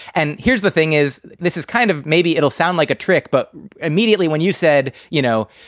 and here's the thing is this is kind of maybe it'll sound like a trick. but immediately when you said, you know,